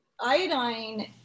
iodine